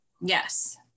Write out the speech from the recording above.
yes